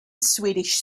swedish